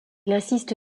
insiste